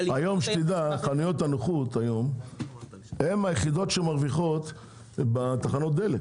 --- חנויות הנוחות היום הן היחידות שמרוויחות בתחנות הדלק,